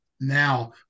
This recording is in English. now